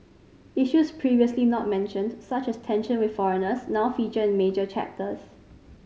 issues previously not mentioned such as tension with foreigners now feature in major chapters